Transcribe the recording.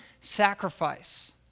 sacrifice